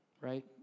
right